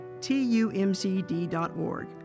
TUMCD.org